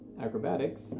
Acrobatics